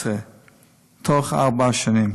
תוך ארבע שנים.